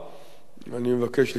אני מבקש לשבח אותך,